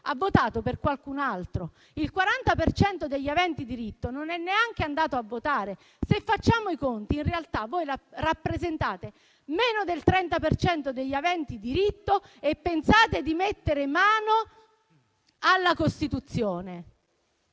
ha votato per qualcun altro. Il 40 per cento degli aventi diritto non è neanche andato a votare. Se facciamo i conti, in realtà voi rappresentate meno del 30 per cento degli aventi diritto e pensate di mettere mano a quella